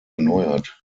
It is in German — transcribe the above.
erneuert